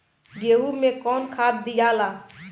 गेहूं मे कौन खाद दियाला?